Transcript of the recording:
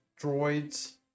droids